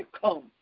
come